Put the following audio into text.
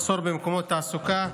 מחסור במקומות תעסוקה,